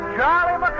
Charlie